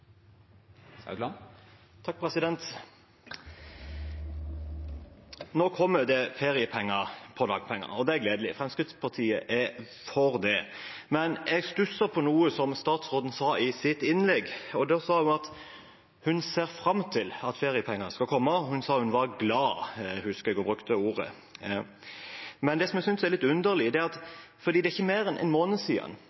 Nå kommer det feriepenger på dagpenger, og det er gledelig, Fremskrittspartiet er for det. Men jeg stusser på noe som statsråden sa i sitt innlegg, hun sa at hun ser fram til at feriepenger skal komme, hun sa hun var «glad» – jeg husker hun brukte det ordet. Det jeg synes er litt underlig, er